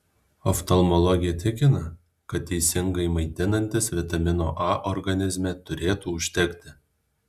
oftalmologė tikina kad teisingai maitinantis vitamino a organizme turėtų užtekti